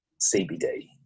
CBD